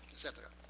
et cetera.